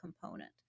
component